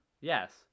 Yes